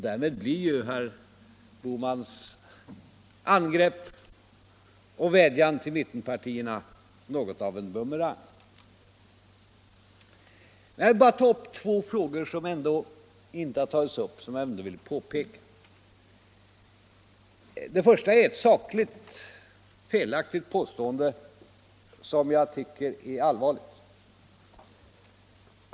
Därmed blir herr Bohmans angrepp på och vädjan till mittenpartierna något av en bumerang. Jag vill bara göra ett par påpekanden. Det första är ett sakligt felaktigt påstående som jag tycker är allvarligt.